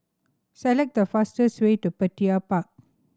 select the fastest way to Petir Park